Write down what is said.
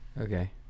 Okay